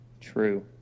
True